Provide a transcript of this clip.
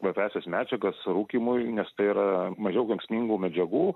kvapiąsias medžiagas rūkymui nes tai yra mažiau kenksmingų medžiagų